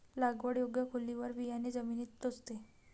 लागवड योग्य खोलीवर बियाणे जमिनीत टोचते